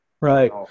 Right